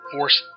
Force